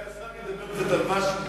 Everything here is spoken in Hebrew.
אולי השר ידבר קצת על ושתי.